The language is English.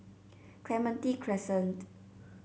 Clementi Crescent